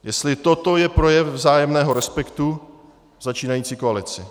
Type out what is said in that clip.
Jestli toto je projev vzájemného respektu začínající koalice.